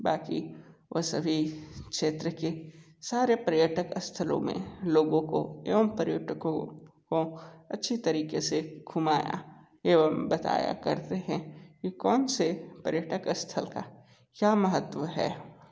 बाकी वह सभी क्षेत्र के सारे पर्यटक स्थलों में लोगो को एवं पर्यटकों को अच्छी तरह से घुमाया एवं बताया करते हैं कि कौन से पर्यटक स्थल का क्या महत्व है